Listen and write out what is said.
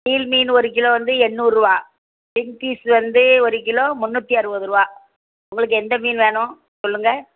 seal மீன் ஒரு kilo வந்து எந்நூறுவா கிங் ஃபிஷ் வந்து ஒரு கிலோ முந்நூற்றி அறுபது ரூபா உங்களுக்கு எந்த மீன் வேணும் சொல்லுங்கள்